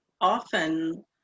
often